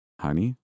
Honey